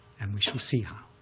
and we shall see how.